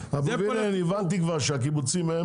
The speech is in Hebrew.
אף מגדל של פטם,